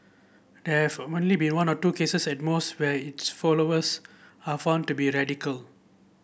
there have only been one or two cases at most where its followers are found to be radical